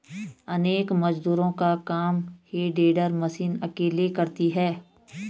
अनेक मजदूरों का काम हे टेडर मशीन अकेले करती है